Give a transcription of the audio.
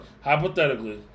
hypothetically